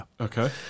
okay